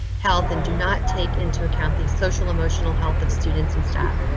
health and do not take into account these social emotional health of students and staff.